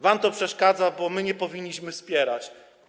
Wam to przeszkadza, bo my nie powinniśmy tego wspierać.